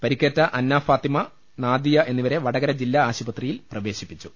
പരിക്കേറ്റ അന്ന ഫാത്തിമ നാദിയ എന്നി വരെ വടകര ജില്ലാ ആശുപത്രിയിൽ പ്രവേശിപ്പിച്ചു